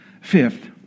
Fifth